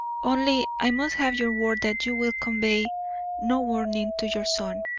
only i must have your word that you will convey no warning to your son.